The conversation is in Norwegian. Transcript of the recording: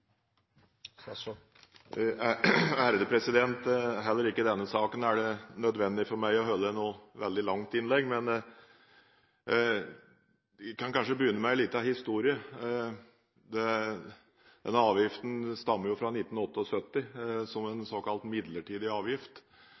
det nødvendig for meg å holde et veldig langt innlegg. Jeg kan kanskje begynne med en liten historie. Denne avgiften stammer jo fra 1978, som en såkalt midlertidig avgift.